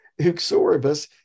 uxoribus